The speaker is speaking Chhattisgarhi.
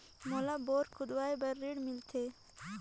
मोला बोरा खोदवाय बार ऋण मिलथे?